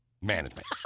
Management